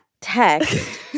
text